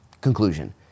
conclusion